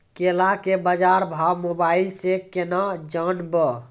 केला के बाजार भाव मोबाइल से के ना जान ब?